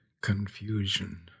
confusion